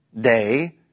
day